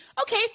Okay